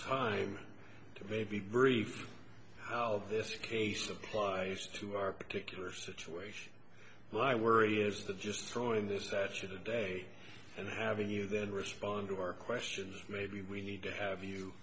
time maybe brief how this case applies to our particular situation but i worry is that just throwing this statue the day and having you then respond to our questions maybe we need to have you